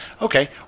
Okay